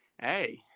hey